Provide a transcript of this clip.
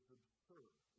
absurd